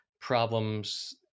problems